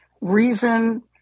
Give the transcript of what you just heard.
reason